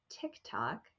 TikTok